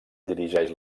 dirigeix